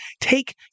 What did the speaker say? take